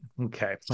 okay